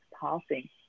passing